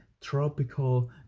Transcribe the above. tropical